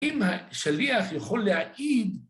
אם השליח יכול להעיד